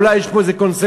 אולי יש פה איזה קונסנזוס,